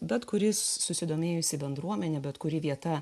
bet kuri susidomėjusi bendruomenė bet kuri vieta